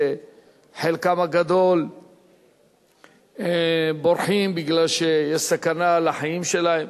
שחלקם הגדול בורחים כי יש סכנה לחיים שלהם,